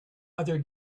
other